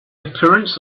appearance